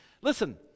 listen